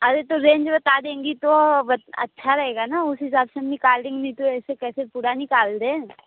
अरे तो रेंज बता देंगी तो अच्छा रहेगा ना उस हिसाब से हम निकाल देंगे नहीं तो ऐसे कैसे पूरा निकाल दें